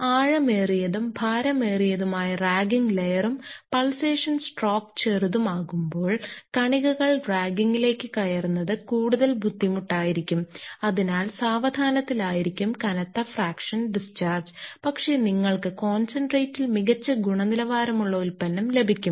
ആഴമേറിയതും ഭാരമേറിയതുമായ റാഗിംഗ് ലെയറും pulsation stroke ചെറുതും ആകുമ്പോൾ കണികകൾ റാഗിങ്ങിലേക്ക് കയറുന്നത് കൂടുതൽ ബുദ്ധിമുട്ടായിരിക്കും അതിനാൽ സാവധാനത്തിൽ ആയിരിക്കും കനത്ത ഫ്രാക്ഷൻ ഡിസ്ചാർജ് പക്ഷേ നിങ്ങൾക്ക് കോൺസെൻട്രേറ്റിൽ മികച്ച ഗുണനിലവാരമുള്ള ഉൽപ്പന്നം ലഭിക്കും